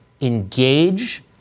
engage